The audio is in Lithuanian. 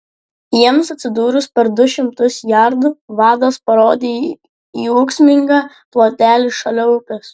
jiems atsidūrus per du šimtus jardų vadas parodė į ūksmingą plotelį šalia upės